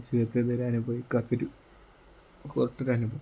ജീവിതത്തിൽ ഇതു വരെ അനുഭവിക്കാത്തൊരു വേറിട്ടൊരനുഭവം